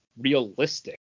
realistic